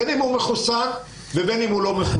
בין אם הוא מחוסן ובין אם הוא לא מחוסן.